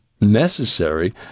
necessary